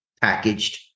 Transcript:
packaged